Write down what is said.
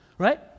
right